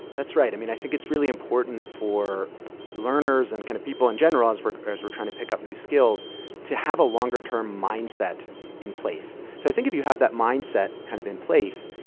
that's right. i mean, think it's really important for learners and kind of people in general, as we're as we're trying to pick up new skills to have a longer term mindset in place. so i think if you have that mindset kind of in place,